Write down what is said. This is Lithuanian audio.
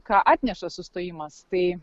ką atneša sustojimas tai